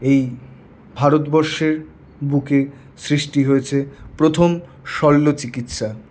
এই ভারতবর্ষের বুকে সৃষ্টি হয়েছে প্রথম শল্য চিকিৎসা